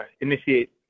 initiate